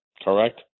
correct